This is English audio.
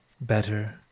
better